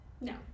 No